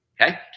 okay